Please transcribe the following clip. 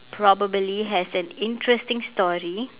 probably has an interesting story